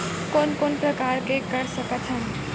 कोन कोन प्रकार के कर सकथ हन?